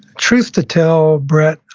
truth to tell, brett,